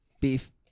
Beef